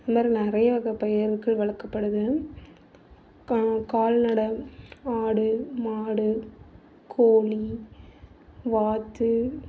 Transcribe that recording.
இந்த மாதிரி நிறைய வகை பயிர்கள் வளர்க்கப்படுது கா கால்நடை ஆடு மாடு கோழி வாத்து